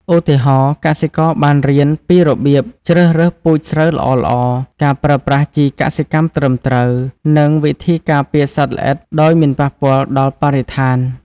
ឧទាហរណ៍ កសិករបានរៀនពីរបៀបជ្រើសរើសពូជស្រូវល្អៗ ការប្រើប្រាស់ជីកសិកម្មត្រឹមត្រូវ និងវិធីការពារសត្វល្អិតដោយមិនប៉ះពាល់ដល់បរិស្ថាន។